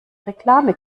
reklame